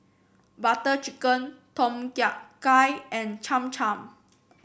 Butter Chicken Tom Kha Gai and Cham Cham